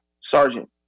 sergeant